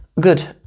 Good